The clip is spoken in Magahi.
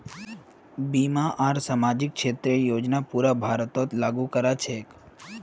बीमा आर सामाजिक क्षेतरेर योजना पूरा भारतत लागू क र छेक